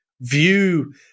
view